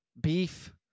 beef